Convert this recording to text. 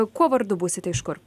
kuo vardu būsite iš kur